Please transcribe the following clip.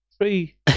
three